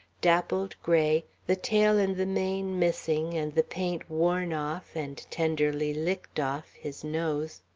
dappled gray, the tail and the mane missing and the paint worn off and tenderly licked off his nose.